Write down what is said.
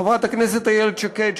חברת הכנסת איילת שקד,